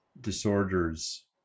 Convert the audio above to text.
disorders